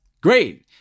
great